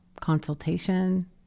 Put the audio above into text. consultation